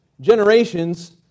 Generations